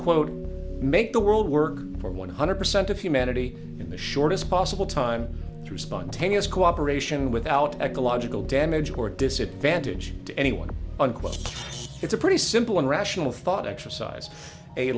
quote make the world work for one hundred percent of humanity in the shortest possible time through spontaneous cooperation without ecological damage or disadvantage to anyone unquote it's a pretty simple and rational thought exercise a